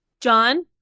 John